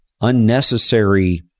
unnecessary